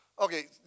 Okay